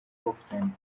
often